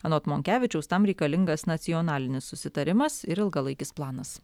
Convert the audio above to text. anot monkevičiaus tam reikalingas nacionalinis susitarimas ir ilgalaikis planas